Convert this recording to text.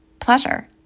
pleasure